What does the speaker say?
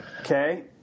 okay